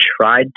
tried